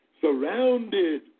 surrounded